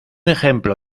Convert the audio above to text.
ejemplo